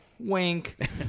Wink